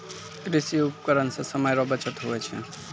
कृषि उपकरण से समय रो बचत हुवै छै